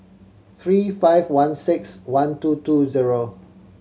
three five one six one two two zero